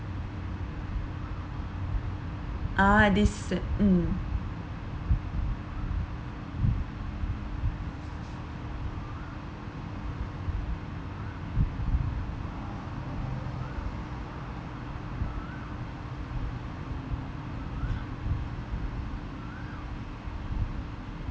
ah this is mm